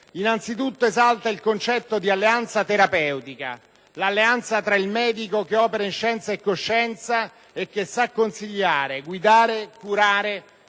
innanzitutto esalta il concetto di alleanza terapeutica - l'alleanza tra il medico, che opera in scienza e coscienza e che sa consigliare guidare , curare - e il malato